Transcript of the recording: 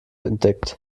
entdeckt